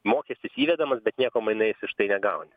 mokestis įvedamas bet nieko mainais už tai negauni